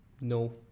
no